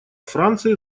франции